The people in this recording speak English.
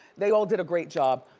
they all did a great job.